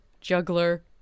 juggler